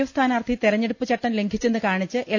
F സ്ഥാനാർത്ഥി തെരഞ്ഞെടുപ്പ് ചട്ടം ലംഘിച്ചെന്ന് കാണിച്ച് എൽ